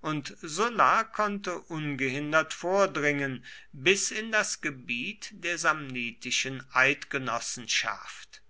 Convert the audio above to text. und sulla konnte ungehindert vordringen bis in das gebiet der samnitischen eidgenossenschaft